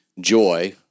joy